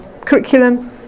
curriculum